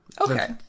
Okay